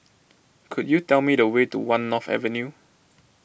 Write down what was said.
could you tell me the way to one North Avenue